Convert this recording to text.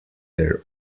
their